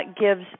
gives